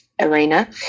arena